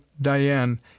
Diane